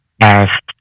ask